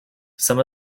some